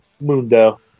Mundo